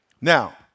Now